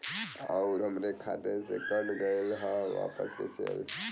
आऊर हमरे खाते से कट गैल ह वापस कैसे आई?